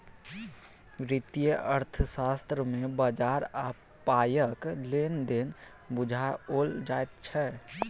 वित्तीय अर्थशास्त्र मे बजार आ पायक लेन देन बुझाओल जाइत छै